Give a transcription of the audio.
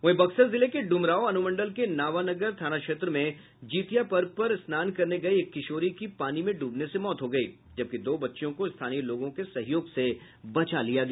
वहीं बक्सर जिले के डुमरांव अनुमंडल के नावानगर थाना क्षेत्र में जिउतिया पर्व पर स्नान करने गई एक किशोरी की पानी में ड्रबने से मौत हो गयी जबकि दो बच्चियों को स्थानीय लोगों के सहयोग से बचा लिया गया